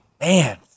Man